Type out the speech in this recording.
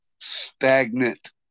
stagnant